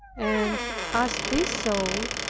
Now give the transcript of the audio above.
and as this soul,